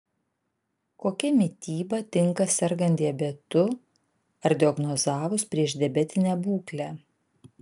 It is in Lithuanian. kokia mityba tinka sergant diabetu ar diagnozavus priešdiabetinę būklę